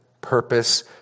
purpose